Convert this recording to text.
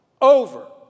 over